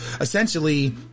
Essentially